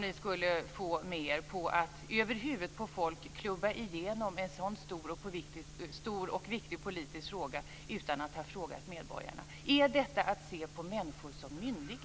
ni skulle få med er på att över huvudet på folk klubba igenom en så stor och viktig politisk fråga utan att ha frågat medborgarna. Är detta att se på människor som myndiga?